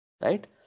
right